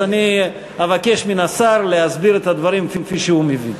אז אני אבקש מהשר להסביר את הדברים כפי שהוא מבין.